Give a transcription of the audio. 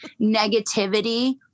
negativity